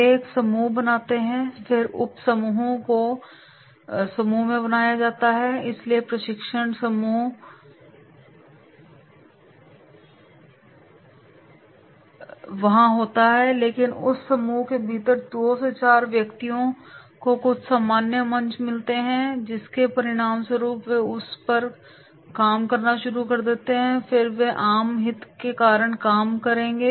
वे एक समूह बनाते हैं फिर उपसमूहों को समूह में बनाया जाता है इसलिए प्रशिक्षण समूह वहाँ होता है लेकिन उस समूह के भीतर 2 4 व्यक्तियों को कुछ सामान्य मंच मिलते हैं और जिसके परिणामस्वरूप वे उस पर काम करना शुरू कर देते हैं और फिर वे आम हित के कारण काम करेंगे